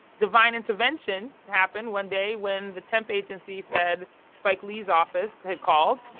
divine intervention happened one day when the temp agency said spike lee's office had called.